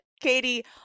Katie